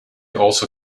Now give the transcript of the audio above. also